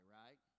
right